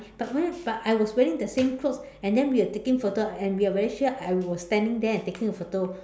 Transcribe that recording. but weird but I was wearing the same clothes and then we are taking a photo and we are very sure I was standing there and taking a photo